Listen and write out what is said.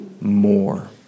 more